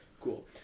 Cool